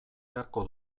beharko